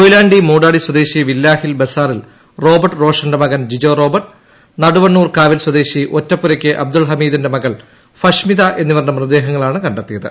കൊയിലാണ്ടി മൂടാടി സ്വദേശി വില്ലാഹിൽ ബസാറിൽ റോബർട്ട് റോഷന്റെ മകൻ ജിജോ റോബർട്ട് നടുവണ്ണൂർ കാവിൽ സ്വദേശി ഒറ്റപ്പുരയ്ക്ക് അബ്ദുൾ ഹമീദിന്റെ മകൾ ഫഷ്മിത എന്നിവരുടെ മൃതദേഹങ്ങളാണ് കണ്ടെത്തിയത്